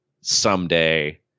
someday